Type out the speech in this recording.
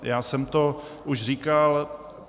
Já jsem to už říkal.